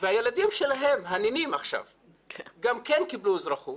הילדים שלהם, הנינים גם כן קיבלו אזרחות.